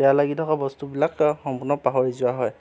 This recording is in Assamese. বেয়া লাগি থকা বস্তুবিলাক সম্পূৰ্ণ পাহৰি যোৱা হয়